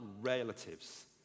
relatives